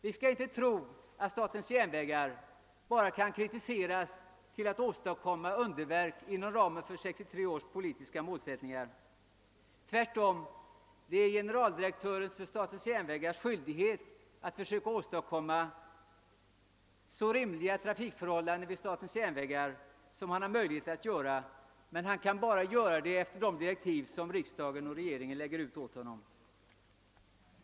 Vi skall inte tro att vi bara genom kritik mot statens järnvägar kan få detta företag att åstadkomma underverk inom ramen för 1963 års trafikpolitiska målsättningar. Det åvilar tvärtom generaldirektören vid statens järnvägar att försöka åstadkomma så rimliga trafikförhållanden inom statens järnvägar som det är möjligt för honom. Generaldirektören kan emellertid bara göra detta genom att följa de direktiv som riksdagen och regeringen ger honom. Herr talman!